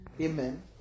Amen